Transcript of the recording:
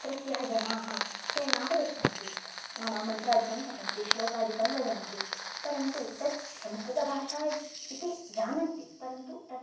अत्रत्याः जनाः ते नावगच्छन्ति नाम मन्त्रादिकं पठन्ति श्लोकादिकं वदन्ति परन्तु तद् संस्कृतभाषा इति इति जानन्ति परन्तु तत्